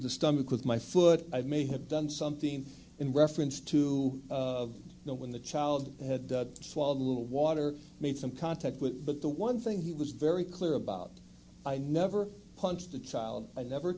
the stomach with my foot i may have done something in reference to know when the child had swallowed a little water made some contact with but the one thing he was very clear about i never punched a child i never